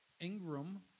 Ingram